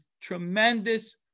tremendous